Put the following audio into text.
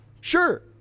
sure